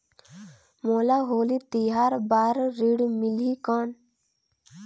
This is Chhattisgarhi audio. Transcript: मोला होली तिहार बार ऋण मिलही कौन?